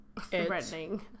Threatening